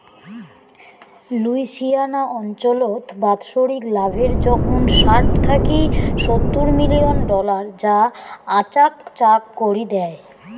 Louisiana অঞ্চলত বাৎসরিক লাভের জোখন ষাট থাকি সত্তুর মিলিয়ন ডলার যা আচাকচাক করি দ্যায়